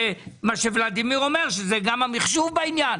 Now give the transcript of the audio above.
ולדימיר אומר שגם המחשוב בעניין,